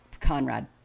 Conrad